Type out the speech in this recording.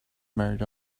married